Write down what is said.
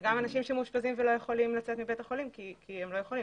גם אנשים שמאושפזים ולא יכולים לצאת מבית החולים כי הם לא יכולים.